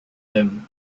them